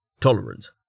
Tolerance